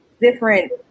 different